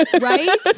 right